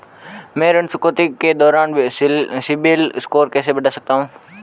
मैं ऋण चुकौती के दौरान सिबिल स्कोर कैसे बढ़ा सकता हूं?